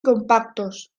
compactos